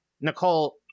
Nicole